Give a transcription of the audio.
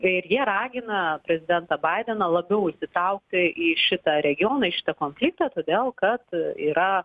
ir jie ragina prezidentą baideną labiau įsitraukti į šitą regioną į šitą konfliktą todėl kad yra